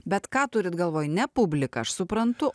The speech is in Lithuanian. bet ką turite galvoje ne publiką aš suprantu